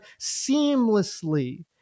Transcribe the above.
seamlessly